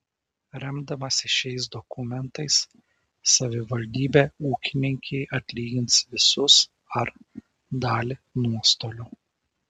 remdamasi šiais dokumentais savivaldybė ūkininkei atlygins visus ar dalį nuostolių